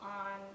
on